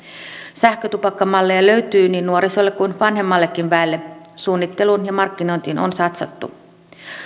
sähkötupakkamalleja löytyy niin nuorisolle kuin vanhemmallekin väelle suunnitteluun ja markkinointiin on satsattu